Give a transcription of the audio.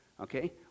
Okay